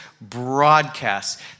broadcast